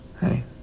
Hey